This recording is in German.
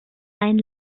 sein